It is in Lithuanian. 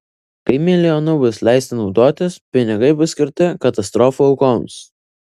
kai milijonu bus leista naudotis pinigai bus skirti katastrofų aukoms